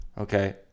Okay